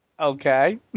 Okay